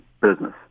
business